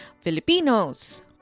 Filipinos